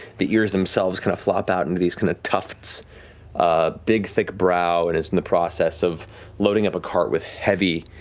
the ears themselves kind of flop out into these kind of tufts. a big thick brow, and is in the process of loading up a cart with heavy,